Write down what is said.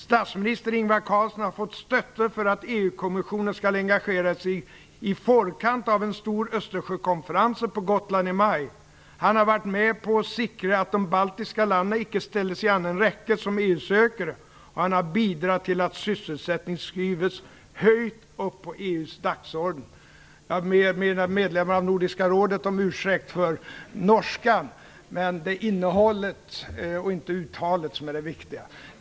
Statsminister Ingvar Carlsson har fått støtte for at EU-kommisjonen skal engasjere seg i forkant av en stor østersjøkonferanse på Gotland i mai, han har vært med på å sikre att de baltiske landene ikke stilles i annen rekke som EU-søkere, og han har bidratt til at sysselsetting skyves høyt opp på EUs dagsorden." Jag ber medlemmarna av Nordiska rådet om ursäkt för norskan, men det är innehållet och inte uttalet som är det viktiga.